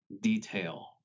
detail